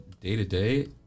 day-to-day